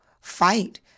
fight